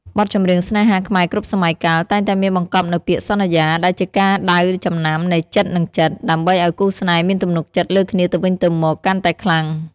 បទចម្រៀងស្នេហាខ្មែរគ្រប់សម័យកាល តែងតែមានបង្កប់នូវពាក្យ "សន្យា" ដែលជាការដៅចំណាំនៃចិត្តនិងចិត្ត ដើម្បីឱ្យគូស្នេហ៍មានទំនុកចិត្តលើគ្នាទៅវិញទៅមកកាន់តែខ្លាំង។